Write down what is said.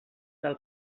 del